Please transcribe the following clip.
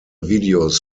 videos